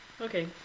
Okay